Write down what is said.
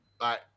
Bye